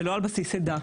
ולא על בסיס עדה,